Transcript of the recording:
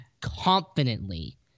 confidently